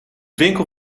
winkel